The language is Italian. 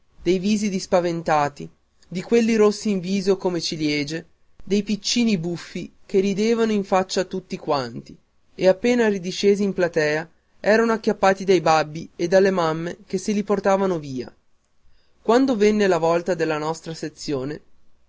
dei visi di spaventati di quelli rossi in viso come ciliegie dei piccini buffi che ridevano in faccia a tutti quanti e appena ridiscesi in platea erano acchiappati dai babbi e dalle mamme che se li portavano via quando venne la volta della nostra sezione